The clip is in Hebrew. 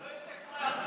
שלא יצא כמו הצוללות.